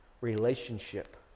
relationship